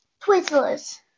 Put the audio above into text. Twizzlers